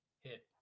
hit